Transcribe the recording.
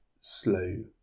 slow